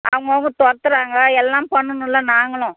அவங்கவுங்க துறத்துறாங்க எல்லாம் பண்ணணும்ல நாங்களும்